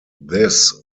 this